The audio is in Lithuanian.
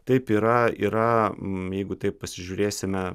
taip yra yra jeigu taip pasižiūrėsime